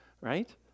right